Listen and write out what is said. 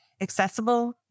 accessible